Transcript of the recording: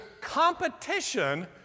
competition